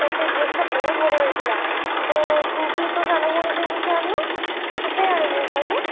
ତ ସେହି ଡ୍ରେସ୍ଟା ବହୁତ ବଢ଼ିଆ ହେଇଥିଲା ତ ତୁ ବି ତୋ ସାନ ଭଉଣୀ ପାଇଁ ଯାଇକି ଆଣୁନୁ କେବେ ଆଣିବୁ କହିଲୁ